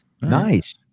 Nice